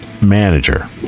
manager